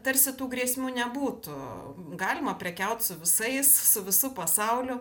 tarsi tų grėsmių nebūtų galima prekiaut su visais su visu pasauliu